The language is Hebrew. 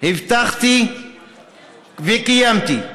הבטחתי וקיימתי.